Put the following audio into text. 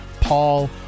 Paul